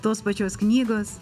tos pačios knygos